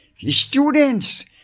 students